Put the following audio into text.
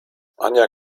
anja